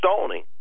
stoning